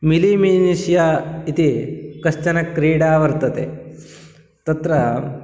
Mini Militia इति कश्चन क्रीडा वर्तते तत्र